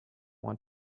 want